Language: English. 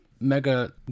mega